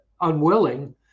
unwilling